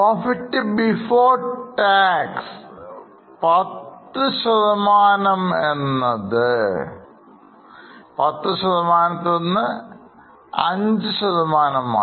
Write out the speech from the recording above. profit before tax 10 എന്നത് പത്ത് ശതമാനത്തിൽ നിന്ന് അഞ്ചു ശതമാനമായി